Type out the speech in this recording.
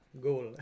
goal